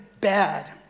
bad